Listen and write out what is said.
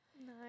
Nice